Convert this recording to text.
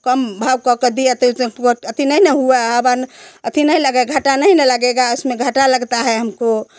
कम भाव का कर दिया तो आती नहीं ना हुआ आती नहीं लगा घाटा नहीं ना लगेगा इसमें घाटा लगता है हमको